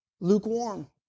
lukewarm